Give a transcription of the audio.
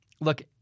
look